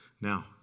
Now